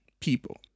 people